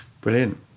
Brilliant